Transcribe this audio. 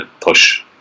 push